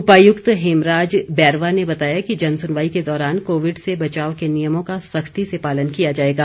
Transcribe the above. उपायुक्त हेमराज बैरवा ने बताया कि जनसुनवाई के दौरान कोविड से बचाव के नियमों का सख्ती से पालन किया जाएगा